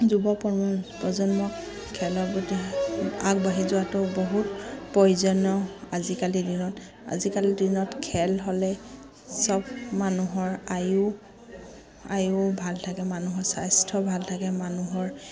যুৱ পজ প্ৰজন্ম খেলৰ প্ৰতি আগবাঢ়ি যোৱাটো বহুত প্ৰয়োজনীয় আজিকালিৰ দিনত আজিকালিৰ দিনত খেল হ'লে সব মানুহৰ আয়ো আয়ো ভাল থাকে মানুহৰ স্বাস্থ্য ভাল থাকে মানুহৰ